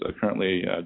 currently